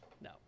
No